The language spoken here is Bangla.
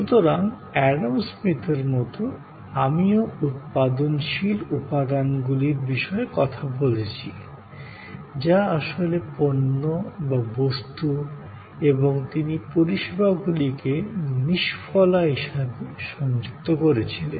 সুতরাং অ্যাডাম স্মিথের মতো আমিও প্রোডাক্টিভ এলিমেন্টসদের বিষয়ে কথা বলেছি যা আসলে পণ্য বা বস্তূ এবং তিনি পরিষেবাগুলিকে নিষ্ফলা হিসাবে সংযুক্ত করেছিলেন